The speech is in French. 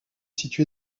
situé